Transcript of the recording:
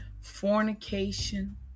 fornication